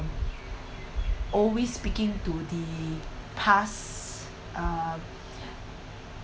always speaking to the past uh